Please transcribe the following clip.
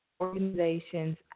organizations